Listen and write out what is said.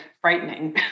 frightening